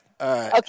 Okay